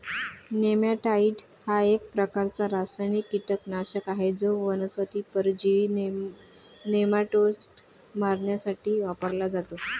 नेमॅटाइड हा एक प्रकारचा रासायनिक कीटकनाशक आहे जो वनस्पती परजीवी नेमाटोड्स मारण्यासाठी वापरला जातो